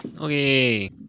Okay